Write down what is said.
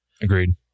Agreed